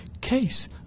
case